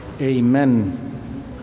Amen